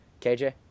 KJ